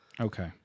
Okay